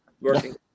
Working